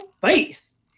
Face